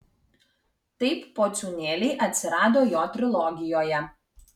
taip pociūnėliai atsirado jo trilogijoje